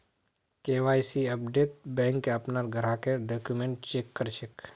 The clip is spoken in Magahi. के.वाई.सी अपडेटत बैंक अपनार ग्राहकेर डॉक्यूमेंट चेक कर छेक